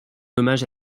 hommage